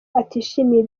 atishimiye